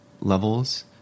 levels